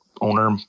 owner